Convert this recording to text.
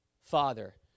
Father